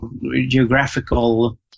geographical